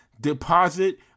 deposit